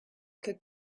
could